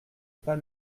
pas